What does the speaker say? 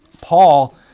Paul